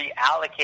reallocate